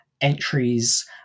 entries